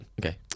Okay